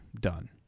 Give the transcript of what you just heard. done